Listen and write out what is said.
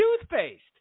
toothpaste